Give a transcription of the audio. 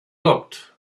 looked